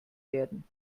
werden